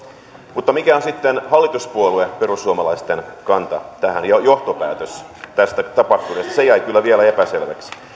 mutta mikä on sitten hallituspuolue perussuomalaisten kanta tähän johtopäätös tästä tapahtuneesta se jäi kyllä vielä epäselväksi